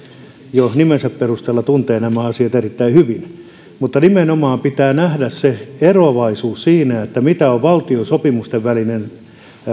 jo nimensä perusteella tuntee nämä asiat erittäin hyvin nimenomaan pitää nähdä se eroavaisuus siinä mitä on valtiosopimusten mukainen